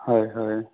হয় হয়